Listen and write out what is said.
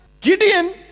Gideon